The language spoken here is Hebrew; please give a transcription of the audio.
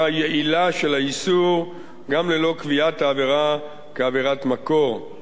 יעילה של האיסור גם ללא קביעת העבירה כעבירת מקור.